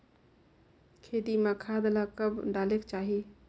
खेती म खाद ला कब डालेक चाही?